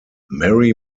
mary